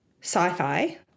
sci-fi